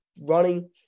Running